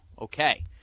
okay